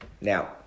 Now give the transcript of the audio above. now